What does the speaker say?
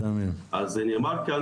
אז נאמר כאן